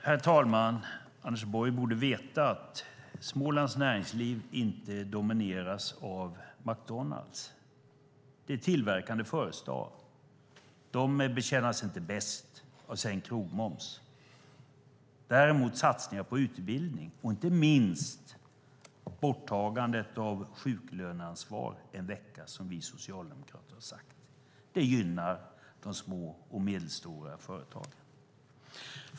Herr talman! Anders Borg borde veta att Smålands näringsliv inte domineras av McDonalds, utan det är tillverkande företag. De är inte bäst betjänta av sänkt krogmoms, däremot av satsningar på utbildning, inte minst borttagandet av sjuklöneansvaret en vecka, som vi socialdemokrater har sagt. Det gynnar de små och medelstora företagen.